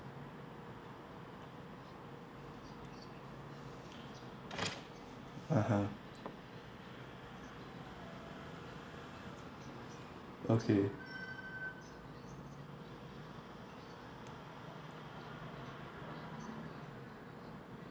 (uh huh) okay